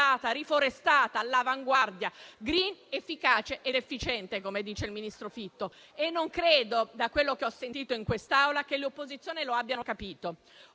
riforestata, all'avanguardia, *green*, efficace ed efficiente, come dice il ministro Fitto. Da quello che ho sentito in quest'Aula, non credo che le opposizioni lo abbiano capito